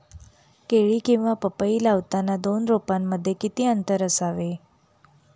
केळी किंवा पपई लावताना दोन रोपांमध्ये किती अंतर असावे?